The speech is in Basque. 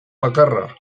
bakarra